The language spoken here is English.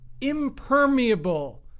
impermeable